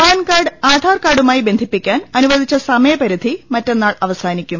PAN card ആധാർകാർഡുമായി ബന്ധിപ്പിക്കാൻ അനുവ ദിച്ച സമയപരിധി മറ്റന്നാൾ അവസാനിക്കും